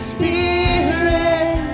Spirit